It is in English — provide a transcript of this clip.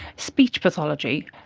speech pathology.